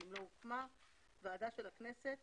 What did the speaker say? ואם לא הוקמה - ועדה של הכנסת